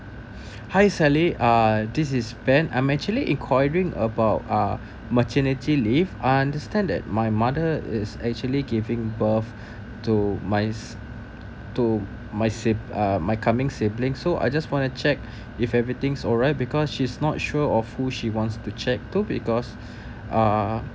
hi sally uh this is ben I'm actually inquiring about uh maternity leave I understand that my mother is actually giving birth to my to my sibs~ uh my coming sibling so I just want to check if everything alright because she's not sure of who she wants to check to because uh